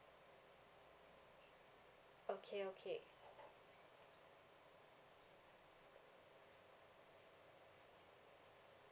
okay okay